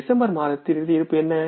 December மாதத்தின் இறுதி இருப்பு என்ன